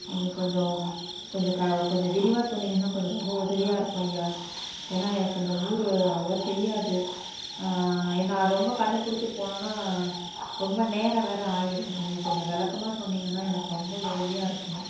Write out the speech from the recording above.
நீங்கள் கொஞ்சம் கொஞ்சம் க கொஞ்சம் விரிவாக சொன்னிங்கன்னால் கொஞ்சம் ரொம்ப உதவியாக இருக்கும் ஐயா ஏன்னா எனக்கு இந்த ஊர் அவ்வளவா தெரியாது நான் ரொம்ப கண்டுபிடிச்சி போனேன்னா ரொம்ப நேரம் வேற ஆயிடும் நீங்கள் கொஞ்சம் விளக்கமா சொன்னிங்கன்னால் எனக்கு ரொம்ப உதவியாக இருக்குன்னு